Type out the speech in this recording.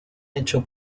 hecho